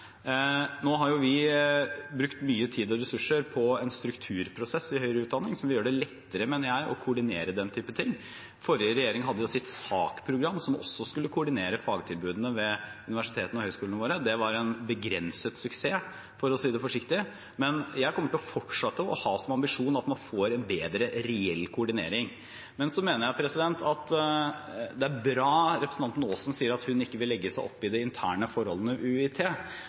Nå har vi brukt mye tid og ressurser på en strukturprosess i høyere utdanning som gjør det lettere å koordinere slike ting. Den forrige regjeringen hadde sitt SAK-program som også skulle koordinere fagtilbudet ved universitetene og høyskolene våre. Det var en begrenset suksess, for å si det forsiktig. Jeg kommer til å fortsette til å ha som ambisjon at man får en bedre reell koordinering. Jeg mener det er bra at representanten Aasen sier at hun ikke vil legge seg opp i de interne forholdene ved UiT.